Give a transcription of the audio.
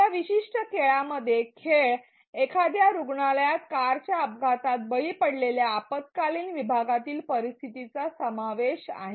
या विशिष्ट खेळामध्ये खेळ एखाद्या रुग्णालयात कारच्या अपघातात बळी पडलेल्या आपत्कालीन विभागातील परिस्थितीचा समावेश आहे